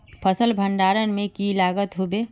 फसल भण्डारण में की लगत होबे?